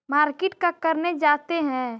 Market का करने जाते हैं?